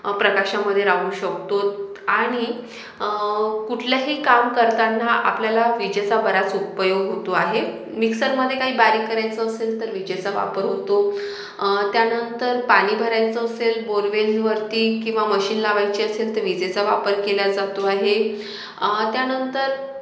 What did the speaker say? प्रकाशामध्ये राहू शकतोत आणि कुठलंही काम करताना आपल्याला विजेचा बराच उपयोग होतो आहे मिक्सरमध्ये काही बारीक करायचं असेल तर विजेचा वापर होतो त्यानंतर पाणी भरायचं असेल बोरवेलवरती किंवा मशीन लावायची असेल तर विजेचा वापर केला जातो आहे त्यानंतर